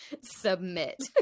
submit